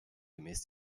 gemäß